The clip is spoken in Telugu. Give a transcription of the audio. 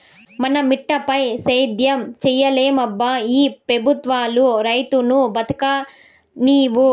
మన మిటపైన సేద్యం సేయలేమబ్బా ఈ పెబుత్వాలు రైతును బతుకనీవు